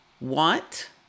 want